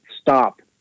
stop